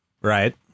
right